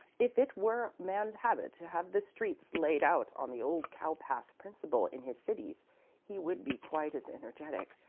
if it were man's habit to have the streets laid out on the old cowpath principle in his cities he would be quite as energetic,